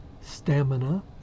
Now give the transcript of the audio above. stamina